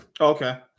Okay